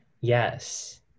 Yes